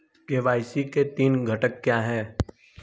KYC के तीन घटक क्या हैं?